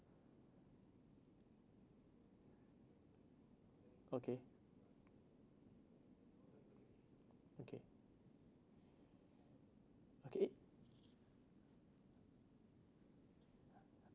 okay okay okay